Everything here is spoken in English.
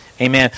Amen